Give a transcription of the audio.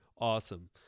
Awesome